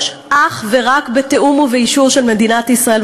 ושומרון אך ורק בתיאום ובאישור של מדינת ישראל,